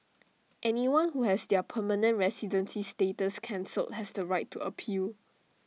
anyone who has their permanent residency status cancelled has the right to appeal